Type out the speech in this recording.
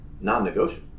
non-negotiable